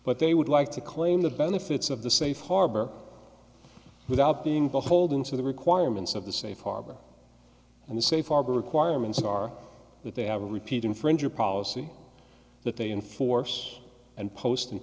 but they would like to claim the benefits of the safe harbor without being beholden to the requirements of the safe harbor and the safe harbor requirements are that they have a repeat infringer policy that they enforce and post